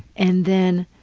and then